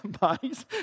bodies